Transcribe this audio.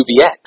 UVX